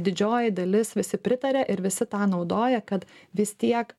didžioji dalis visi pritarė ir visi tą naudoja kad vis tiek